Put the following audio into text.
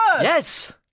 Yes